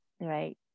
right